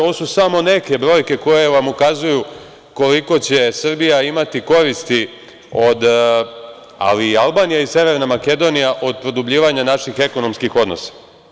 Ovo su samo neke brojke koje vam ukazuju koliko će Srbija ali i Albanija i severna Makedonija imati koristi od produbljivanja naših ekonomskih odnosa.